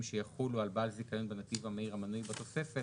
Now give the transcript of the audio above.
שיחולו על בעל זיכיון בנתיב המהיר המנוי בתוספת,